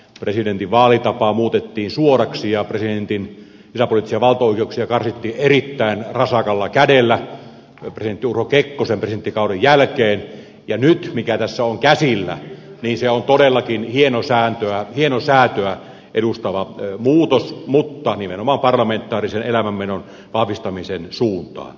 presidentin vaalitapa muutettiin suoraksi ja presidentin sisäpoliittisia valtaoikeuksia karsittiin erittäin rasakalla kädellä presidentti urho kekkosen presidenttikauden jälkeen ja nyt tässä on käsillä todellakin hienosäätöä edustava muutos mutta nimenomaan parlamentaarisen elämänmenon vahvistamisen suuntaan